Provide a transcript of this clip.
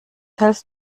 hältst